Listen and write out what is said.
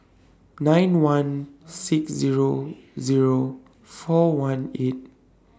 nine one six Zero Zero four one eight